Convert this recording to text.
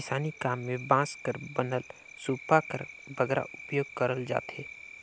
किसानी काम मे बांस कर बनल सूपा कर बगरा उपियोग करल जाथे